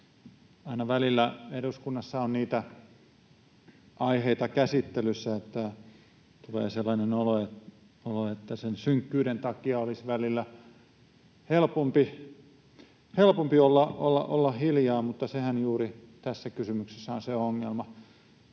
Aina välillä eduskunnassa on käsittelyssä niitä aiheita, että tulee sellainen olo, että sen synkkyyden takia olisi välillä helpompi olla hiljaa, mutta sehän tässä kysymyksessä juuri on se ongelma.